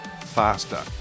Faster